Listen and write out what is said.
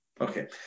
okay